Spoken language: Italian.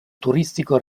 turistico